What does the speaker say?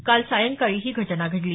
काल सायंकाळी ही घटना घडली